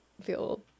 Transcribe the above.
feel